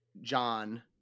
john